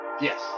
Yes